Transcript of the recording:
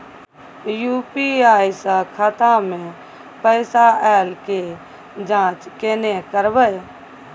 UPI स खाता मे पैसा ऐल के जाँच केने करबै?